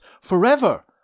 forever